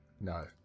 No